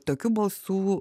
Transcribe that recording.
tokių balsų